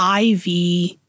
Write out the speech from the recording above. IV